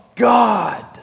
God